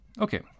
Okay